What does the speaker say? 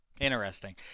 Interesting